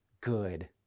good